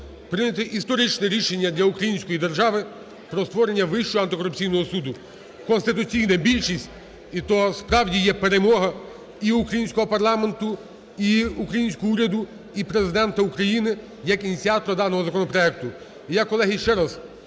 прийняти історичне рішення для української держави про створення Вищого антикорупційного суду. Конституційна більшість – то справді є перемога і українського парламенту, і українського уряду, і Президента України як ініціатора даного законопроекту.